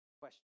question